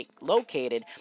located